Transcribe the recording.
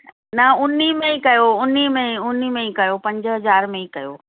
न उनमें ई कयो उनमें ई उनमें ई कयो पंज हज़ार में ई कयो